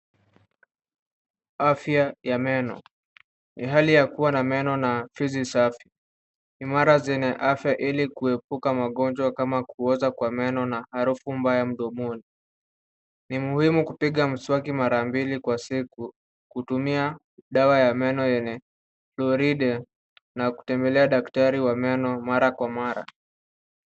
Afya ya meno. Ni hali ya kuwa na meno na fizi safi. Imara zenye afya ili kuepuka magonjwa kama kuoza kwa meno na harufu mbaya mdomoni. Ni muhimu kupiga mswaki mara mbili kwa siku kutumia dawa ya meno yenye floride na kumbelea daktari wa meno mara kwa mara.